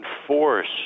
enforce